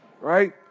right